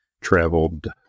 traveled